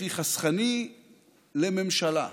הכי חסכני לממשלה,